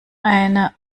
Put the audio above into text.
eine